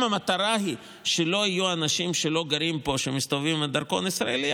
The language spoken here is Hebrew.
אם המטרה היא שלא יהיו אנשים שלא גרים פה שמסתובבים עם דרכון ישראלי,